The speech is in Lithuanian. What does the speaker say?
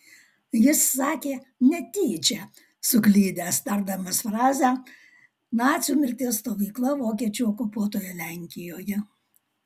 jis sakė netyčia suklydęs tardamas frazę nacių mirties stovykla vokiečių okupuotoje lenkijoje